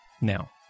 Now